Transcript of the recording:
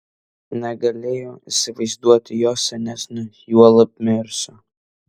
negalėjo įsivaizduoti jo senesnio juolab mirusio